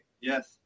Yes